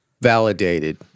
validated